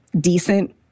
decent